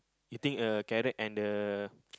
you think uh carrot and the